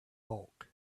bulk